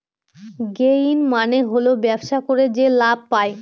gain মানে হল ব্যবসা করে যে লাভ পায়